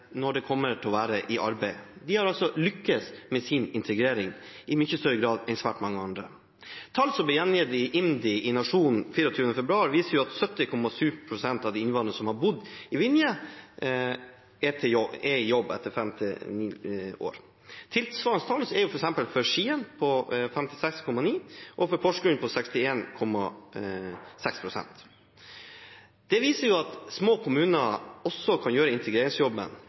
når det kommer til å være i arbeid. De har altså lykkes med sin integrering i mye større grad enn svært mange andre. Tall fra SSB som blir gjengitt i Nationen 24. februar, viser at 70,7 pst. av de innvandrerne som har bodd i Vinje i fem til ni år, er i jobb. Tilsvarende tall for f.eks. Skien er 56,9 og for Porsgrunn 61,6. Dette viser at små kommuner også kan gjøre integreringsjobben,